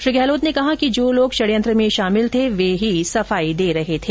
श्री गहलोत ने कहा जो लोग षड़यंत्र में शामिल थे वे ही सफाई दे रहे थे